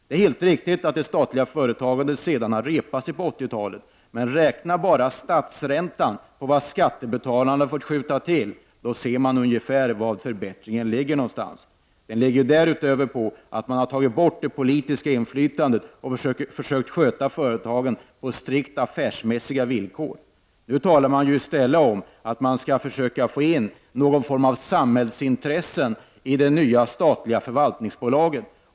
Det är helt riktigt att det statliga företagandet har repat sig på 80-talet. Det är bara att räkna på statsräntan på vad skattebetalarna har fått skjuta till. Då ser man på ett ungefär var förbättringen ligger. Dessutom har man tagit bort det politiska inflytandet och försökt sköta företagen på strikt af färsmässiga villkor. Men nu talar man i stället om att försöka få in någon form av samhällsintressen i det nya statliga förvaltningsbolaget.